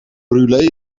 brûlé